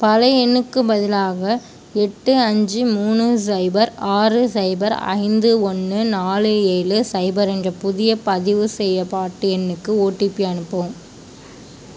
பழைய எண்ணுக்குப் பதிலாக எட்டு அஞ்சு மூணு ஸைபர் ஆறு ஸைபர் ஐந்து ஒன்று நாலு ஏழு ஸைபர் என்ற புதிய பதிவு செய்யப்பட்டு எண்ணுக்கு ஒடிபி அனுப்பவும்